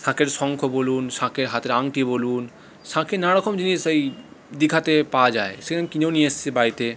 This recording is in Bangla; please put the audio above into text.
শাঁখের শঙ্খ বলুন শাঁখের হাতের আংটি বলুন শাঁখের নানা রকম জিনিস এই দিঘাতে পাওয়া যায় সেই কিনেও নিয়ে এসেছি বাড়িতে